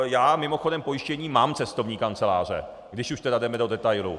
Já mimochodem pojištění mám cestovní kanceláře, když už jdeme do detailů.